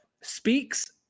speaks